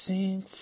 Sing